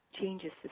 changes